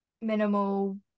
minimal